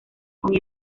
con